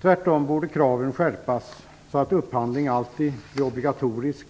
Tvärtom borde kraven skärpas så att upphandling alltid blir obligatorisk.